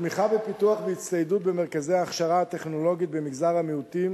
לתמיכה בפיתוח והצטיידות במרכזי ההכשרה הטכנולוגית במגזר המיעוטים